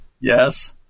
yes